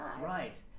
Right